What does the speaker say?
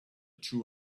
two